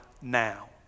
now